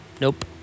Nope